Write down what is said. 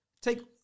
take